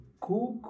cook